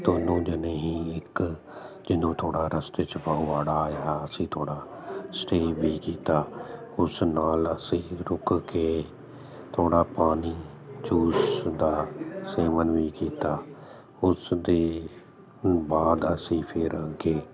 ਦੋਨੋ ਜਣੇ ਹੀ ਇੱਕ ਜਦੋਂ ਥੋੜ੍ਹਾ ਰਸਤੇ 'ਚ ਫਗਵਾੜਾ ਆਇਆ ਅਸੀਂ ਥੋੜ੍ਹਾ ਸਟੇਅ ਵੀ ਕੀਤਾ ਉਸ ਨਾਲ ਅਸੀਂ ਰੁਕ ਕੇ ਥੋੜ੍ਹਾ ਪਾਣੀ ਜੂਸ ਦਾ ਸੇਵਨ ਵੀ ਕੀਤਾ ਉਸ ਦੇ ਬਾਅਦ ਅਸੀਂ ਫਿਰ ਅੱਗੇ